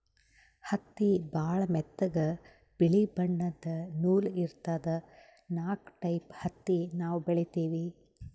ಹತ್ತಿ ಭಾಳ್ ಮೆತ್ತಗ ಬಿಳಿ ಬಣ್ಣದ್ ನೂಲ್ ಇರ್ತದ ನಾಕ್ ಟೈಪ್ ಹತ್ತಿ ನಾವ್ ಬೆಳಿತೀವಿ